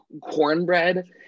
cornbread